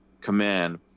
command